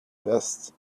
best